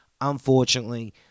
Unfortunately